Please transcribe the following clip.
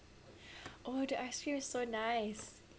oh the ice cream is so nice